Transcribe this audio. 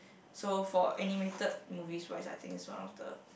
so for animated movie wise I think is one of the